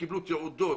וקיבלו תעודות.